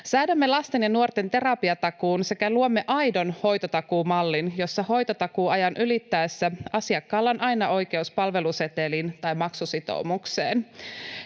Säädämme lasten ja nuorten terapiatakuun sekä luomme aidon hoitotakuumallin, jossa hoitotakuuajan ylittyessä asiakkaalla on aina oikeus palveluseteliin tai maksusitoumukseen.